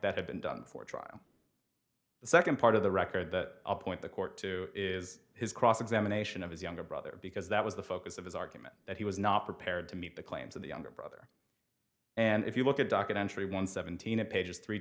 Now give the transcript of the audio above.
that had been done for trial the second part of the record that point the court to is his cross examination of his younger brother because that was the focus of his argument that he was not prepared to meet the claims of the younger brother and if you look at documentary one seventeen of pages three